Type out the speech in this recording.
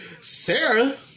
Sarah